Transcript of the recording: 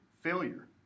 failure